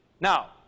Now